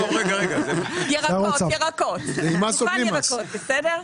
דוכן ירקות, בסדר?